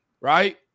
right